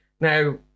now